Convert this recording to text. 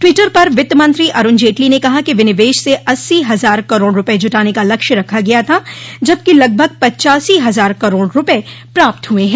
Twitter पर वित्त मंत्री अरूण जेटली ने कहा कि विनिवेश से अस्सी हजार करोड़ रूपये जुटाने का लक्ष्य रखा गया था जबकि लगभग पिच्यासी हजार करोड़ रूपये प्राप्त हुए हैं